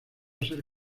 ser